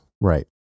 Right